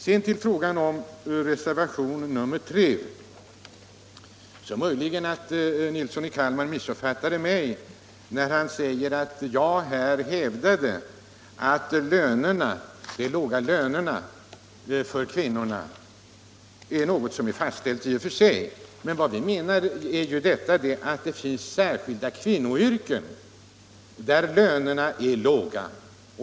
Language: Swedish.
Vad beträffar reservationen 3 är det möjligt att herr Nilsson i Kalmar har missuppfattat mig. Han säger att jag hävdade att de låga lönerna för kvinnorna var någonting som var fastställt. Men vad vi menar är att det finns särskilda kvinnoyrken, där lönerna är låga.